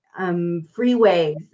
freeways